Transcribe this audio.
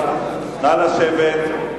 נא לשבת.